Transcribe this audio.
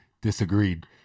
disagreed